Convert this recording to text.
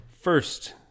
first